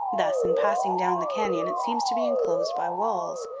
thus, in passing down the canyon it seems to be inclosed by walls,